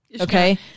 Okay